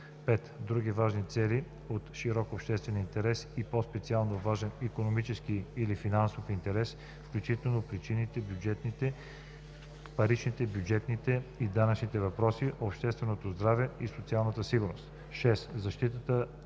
5. други важни цели от широк обществен интерес и по-специално важен икономически или финансов интерес, включително паричните, бюджетните и данъчните въпроси, общественото здраве и социалната сигурност; 6. защитата